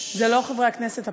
זה לא חברי הכנסת הפעם.